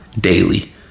daily